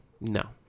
no